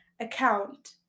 account